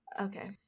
Okay